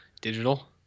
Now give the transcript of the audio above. Digital